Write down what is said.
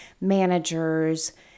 managers